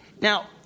Now